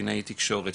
קלינאית תקשורת,